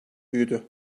büyüdü